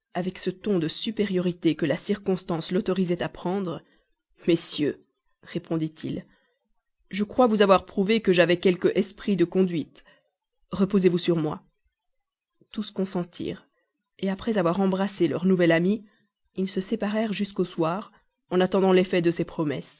avec ce ton de supériorité que la circonstance l'autorisait à prendre messieurs répondit-il je crois vous avoir prouvé que j'avais quelque esprit de conduite reposez-vous sur moi tous consentirent après avoir embrassé leur nouvel ami ils se séparèrent jusqu'au soir en attendant l'effet de ses promesses